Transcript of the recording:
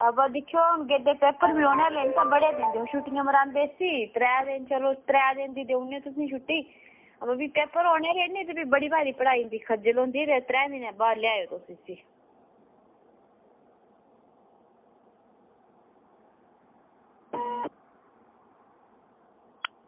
अवा दिक्खेओ गेड्डे पेपर बी औने आह्ले नी तां बड़े दिन दी हून छुट्टियां मरांदे इसी ते त्रै दिन चलो त्रै दिन दी देई ओड़ने आं तुसेंगी छुट्टी अवा भी पेपर औने आह्ले नी ते फ्ही बड़ी भारी पढ़ाई होंदी खज्जल होंदी ते त्रै दिनें दे बाद लेई आएओ तुस इसी